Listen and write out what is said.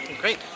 Great